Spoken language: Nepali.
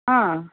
अँ